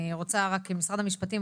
אני רוצה רק את משרד המשפטים,